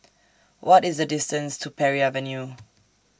What IS The distance to Parry Avenue